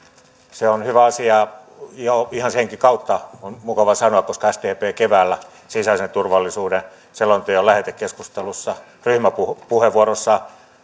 se on hyvä asia jo ihan senkin kautta on mukava sanoa koska sdp keväällä sisäisen turvallisuuden selonteon lähetekeskustelussa ryhmäpuheenvuorossa